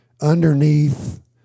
Underneath